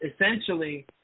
essentially